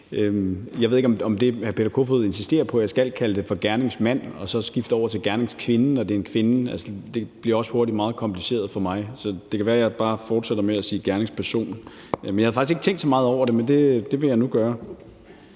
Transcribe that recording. Kofod insisterer på, at jeg skal kalde det for gerningsmand og så skifte over til gerningskvinde, når det er en kvinde. Altså, det bliver hurtigt meget kompliceret for mig, så det kan være, jeg bare fortsætter med at sige gerningsperson. Jeg har faktisk ikke tænkt så meget over det, men det vil jeg nu gøre.